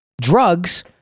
drugs